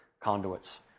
conduits